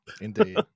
Indeed